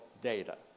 data